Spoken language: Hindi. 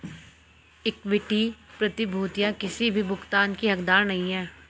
इक्विटी प्रतिभूतियां किसी भी भुगतान की हकदार नहीं हैं